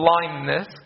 blindness